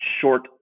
short